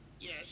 Yes